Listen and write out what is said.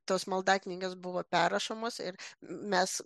tos maldaknygės buvo perrašomos ir mes